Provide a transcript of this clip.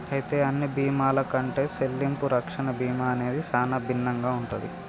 అయితే అన్ని బీమాల కంటే సెల్లింపు రక్షణ బీమా అనేది సానా భిన్నంగా ఉంటది